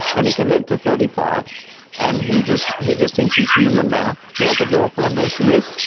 and he can live to thirty five and he just he just thinks he's human now. he has a girlfriend. there she is.